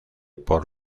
por